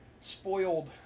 spoiled